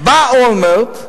בא אולמרט,